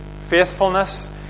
faithfulness